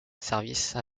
service